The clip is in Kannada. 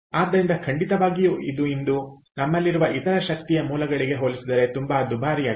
ಆದ್ದರಿಂದ ಖಂಡಿತವಾಗಿಯೂ ಇದು ಇಂದು ನಮ್ಮಲ್ಲಿರುವ ಇತರ ಶಕ್ತಿಯ ಮೂಲಗಳಿಗೆ ಹೋಲಿಸಿದರೆ ತುಂಬಾ ದುಬಾರಿಯಾಗಿದೆ